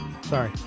Sorry